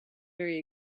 very